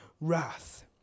wrath